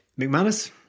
McManus